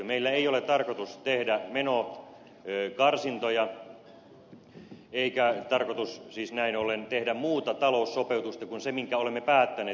meillä ei ole tarkoitus tehdä menokarsintoja eikä tarkoitus siis näin ollen ole tehdä muuta taloussopeutusta kuin sen minkä olemme päättäneet